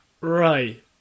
Right